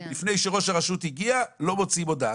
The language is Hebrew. לפני שראש הרשות הגיע לא מוציאים הודעה,